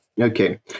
Okay